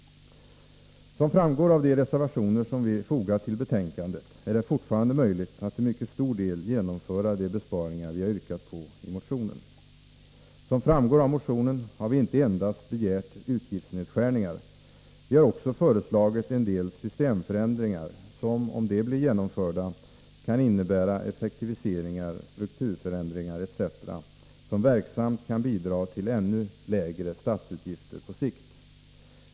Som framgår av de reservationer som vi fogat till betänkandet är det fortfarande möjligt att till mycket stor del genomföra de besparingar vi har yrkat på i motionen. Som anges i motionen har vi inte endast begärt utgiftsnedskärningar. Vi har också föreslagit en del systemförändringar som, om de blir genomförda, kan innebära effektiviseringar, strukturförändringar, etc., som verksamt kan bidra till ännu lägre statsutgifter på sikt.